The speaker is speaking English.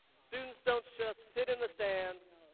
students don't just sit in the stands,